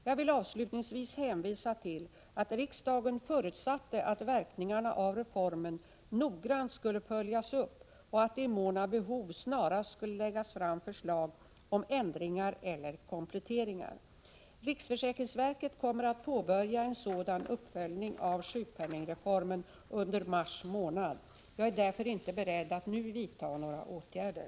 Jag vill avslutningsvis hänvisa till att riksdagen förutsatte att verkningarna av reformen noggrant skulle följas upp och att det i mån av behov snarast skulle läggas fram förslag om ändringar eller kompletteringar. Riksförsäkringsverket kommer att påbörja en sådan uppföljning av sjukpenningreformen under mars månad. Jag är därför inte beredd att nu vidta några åtgärder.